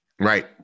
Right